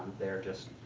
they're just